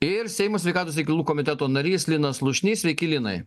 ir seimo sveikatos reikalų komiteto narys linas slušnys sveiki linai